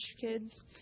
kids